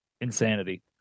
Insanity